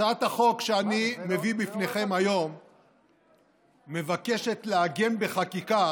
הצעת החוק שאני מביא בפניכם היום מבקשת לעגן בחקיקה